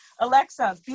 Alexa